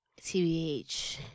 TBH